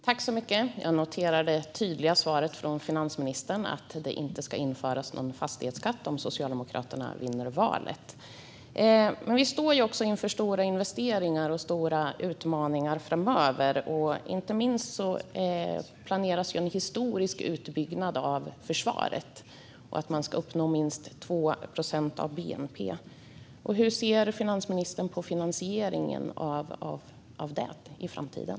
Fru talman! Jag noterar det tydliga svaret från finansministern om att det inte ska införas någon fastighetsskatt om Socialdemokraterna vinner valet. Men vi står också inför stora investeringar och stora utmaningar framöver. Inte minst planeras en historiskt stor utbyggnad av försvaret, och man ska uppnå minst 2 procent av bnp. Hur ser finansministern på finansieringen av detta i framtiden?